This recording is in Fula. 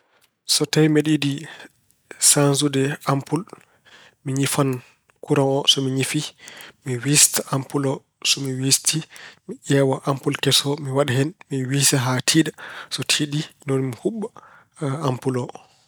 So tawi mbeɗa yiɗi saanjude ampul, mi ñifan kuraŋ o. So mi ñifii, mi wiista ampul o. So mi wiisti, mi ƴeewa ampul keso o, mi waɗa hen. Mi wiisa haa tiiɗa. So tiiɗi, ni woni mi huɓɓa ampul o.